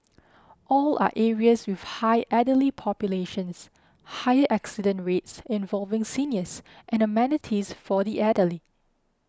all are areas with high elderly populations higher accident rates involving seniors and amenities for the elderly